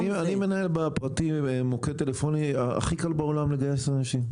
אני בפרטי מנהל מוקד טלפוני והכי קל בעולם לגייס אנשים.